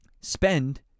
spend